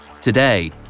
Today